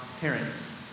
parents